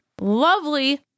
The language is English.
lovely